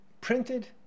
printed